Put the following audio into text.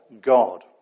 God